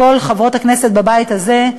כל חברות הכנסת בבית הזה,